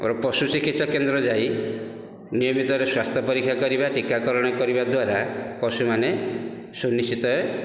ପଶୁ ଚିକିତ୍ସା କେନ୍ଦ୍ର ଯାଇ ନିୟମିତ ସ୍ୱାସ୍ଥ୍ୟ ପରୀକ୍ଷା କରିବା ଟୀକାକରଣ କରିବା ଦ୍ୱାରା ପଶୁମାନେ ସୁନିଶ୍ଚିତରେ